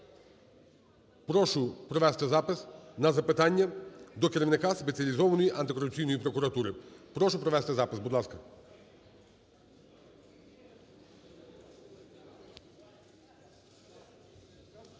прошу провести запис на запитання до керівника Спеціалізованої антикорупційної прокуратури. Прошу провести запис, будь ласка.